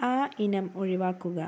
ആ ഇനം ഒഴിവാക്കുക